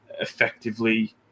effectively